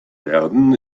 werden